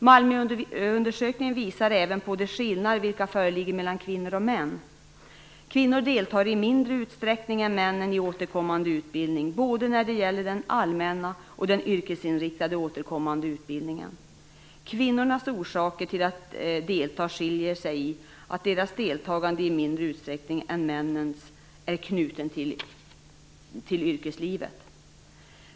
Malmöundersökningen visar även de skillnader som föreligger mellan kvinnor och män. Kvinnor deltar i mindre utsträckning än männen i återkommande utbildning, både när det gäller den allmänna och när det gäller den yrkesinriktade återkommande utbildningen. Kvinnornas orsaker till att delta skiljer sig från männens i att deras deltagande i mindre utsträckning än männens är knutet till yrkeslivet.